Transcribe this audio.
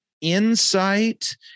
insight